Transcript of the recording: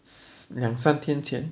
s~ 两三天前